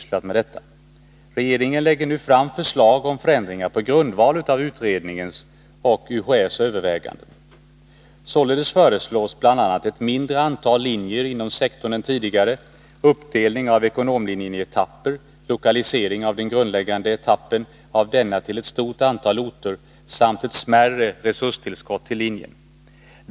Regeringen lägger nu fram förslag om förändringar på grundval av utredningens och UHÄ:s överväganden. Således föreslås bl.a. ett mindre antal linjer inom sektorn än tidigare, uppdelning av ekonomlinjen i etapper, lokalisering av den grundläggande etappen av denna till ett stort antal orter samt ett smärre resurstillskott till linjen.